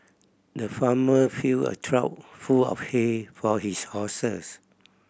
the farmer filled a trough full of hay for his horses